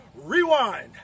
Rewind